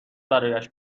برایش